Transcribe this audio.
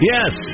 Yes